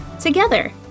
Together